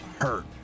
hurt